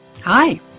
Hi